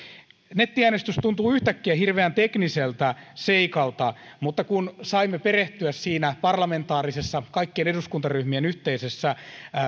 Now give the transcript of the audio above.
nettiäänestys tuntuu näin yhtäkkiä hirveän tekniseltä seikalta mutta kun saimme perehtyä siinä parlamentaarisessa kaikkien eduskuntaryhmien yhteisessä